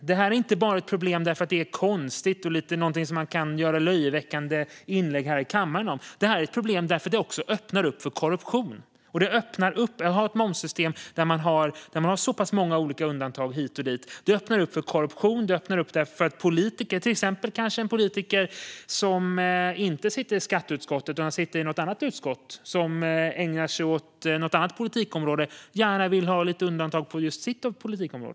Det här är inte bara ett problem för att det är konstigt och någonting som man kan göra löjeväckande inlägg om här i kammaren. Det här är ett problem därför att det också öppnar upp för korruption. Om man har ett momssystem där det finns så pass många olika undantag hit och dit öppnar det upp för korruption och för att politiker, kanske exempelvis en politiker som inte sitter i skatteutskottet utan i något annat utskott som ägnar sig åt något annat politikområde, gärna vill ha lite undantag på just sitt politikområde.